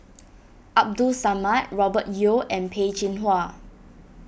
Abdul Samad Robert Yeo and Peh Chin Hua